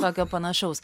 tokio panašaus